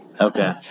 Okay